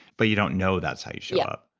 but you don't know that's how you show yeah up.